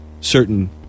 certain